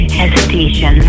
hesitation